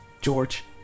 George